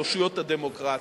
על אושיות הדמוקרטיה,